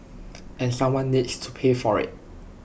and someone needs to pay for IT